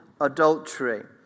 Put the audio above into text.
adultery